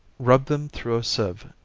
rub them through a sieve,